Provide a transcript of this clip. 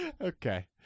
Okay